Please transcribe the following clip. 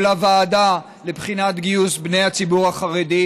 הוועדה לבחינת גיוס בני הציבור החרדי,